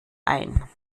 ein